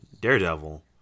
daredevil